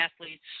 athletes